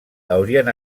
haurien